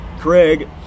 Craig